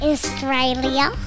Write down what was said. Australia